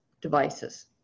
devices